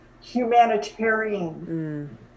Humanitarian